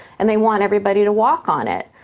and they want everybody to walk on it.